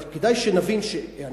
אבל כדאי שנבין, א.